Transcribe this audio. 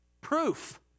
Proof